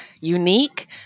unique